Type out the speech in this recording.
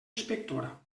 inspectora